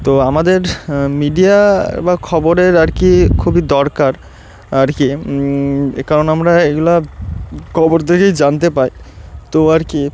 তো আমাদের মিডিয়া বা খবরের আর কি খুবই দরকার আর কি কারণ আমরা এগুলো খবর থেকেই জানতে পাই তো আর কি